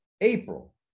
April